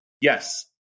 Yes